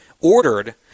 ordered